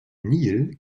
nil